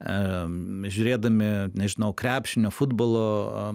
žiūrėdami nežinau krepšinio futbolo